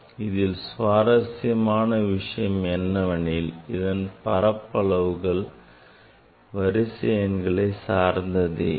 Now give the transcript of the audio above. இதில் சுவாரஸ்யமான விஷயம் என்னவெனில் இந்தப் பரப்பளவுகள் வரிசை எண்ணைகளை சார்ந்தது இல்லை